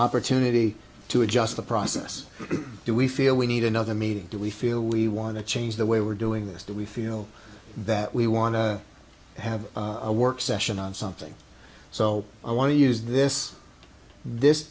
opportunity to adjust the process do we feel we need another meeting do we feel we want to change the way we're doing this do we feel that we want to have a work session on something so i want to use this this